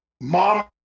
mom